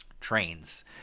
trains